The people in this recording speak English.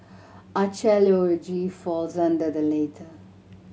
archaeology falls under the latter